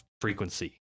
frequency